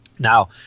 Now